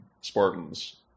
Spartans